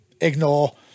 Ignore